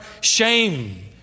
shame